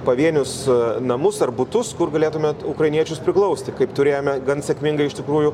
pavienius namus ar butus kur galėtume ukrainiečius priglausti kaip turėjome gan sėkmingą iš tikrųjų